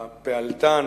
הפעלתן,